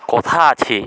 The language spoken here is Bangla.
কথা আছে